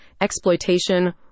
exploitation